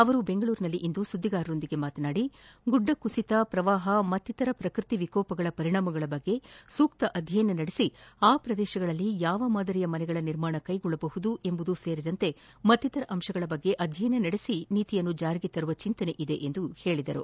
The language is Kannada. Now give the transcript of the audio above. ಅವರು ಬೆಂಗಳೂರಿನಲ್ಲಿಂದು ಸುದ್ದಿಗಾರರೊಂದಿಗೆ ಮಾತನಾಡಿ ಗುಡ್ಡ ಕುಸಿತ ಪ್ರವಾಹ ಮತ್ತಿತರ ಪ್ರಕೃತಿ ವಿಕೋಪಗಳ ಪರಿಣಾಮಗಳ ಬಗ್ಗೆ ಸೂಕ್ತ ಅಧ್ಯಯನ ನಡೆಸಿ ಆ ಪ್ರದೇಶಗಳಲ್ಲಿ ಯಾವ ಮಾದರಿಯ ಮನೆಗಳ ನಿರ್ಮಾಣ ಕೈಗೊಳ್ಳಬಹುದು ಎಂಬುದೂ ಸೇರಿದಂತೆ ಮತ್ತಿತರ ಅಂಶಗಳ ಬಗ್ಗೆ ಅಧ್ಯಯನ ನಡೆಸಿ ನೀತಿಯನ್ನು ಜಾರಿಗೆ ತರುವ ಚಿಂತನೆ ಇದೆ ಎಂದು ಹೇಳಿದರು